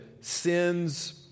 sins